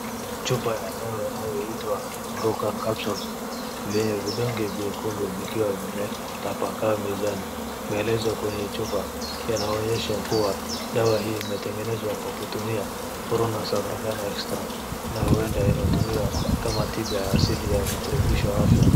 Chupa ya dawa inayoitwa Prucan Capsules , vyene vidonge vyekundu vikiwa vimetapakaa mezani. Maelezo kwenye chupa yanaonyesha kuwa dawa hii imetengenezwa kwa kutumia Carona Africana extract , na huenda inatumiwa kama tiba ya asili ya virutubisho vya afya.